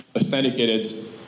authenticated